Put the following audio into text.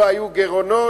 לא היו גירעונות?